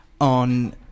on